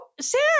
sarah